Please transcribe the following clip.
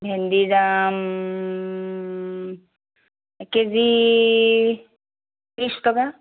ভেন্দিৰ দাম এককেজি ত্ৰিছ টকা